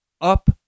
up